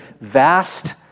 vast